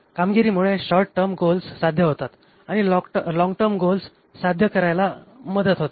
कामगिरीमुळे short term goals साध्य होतात आणि लॉन्ग टर्म गोल्स सध्या करायला मदत होते